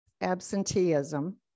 absenteeism